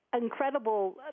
incredible